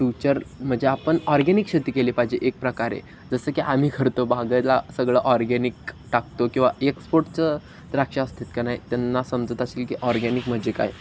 future म्हणजे आपण organic शेती केली पाहिजे एक प्रकारे जसं की आम्ही करतो बागाला सगळं ऑरगॅनिक टाकतो किंवा एक्सपोर्टचं द्राक्ष असतात का नाही त्यांना समजत असेल की ऑर्गेनिक म्हणजे काय